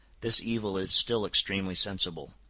this evil is still extremely sensible.